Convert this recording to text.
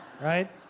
right